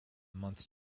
months